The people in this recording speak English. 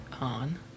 on